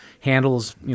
handles